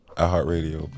iHeartRadio